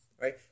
right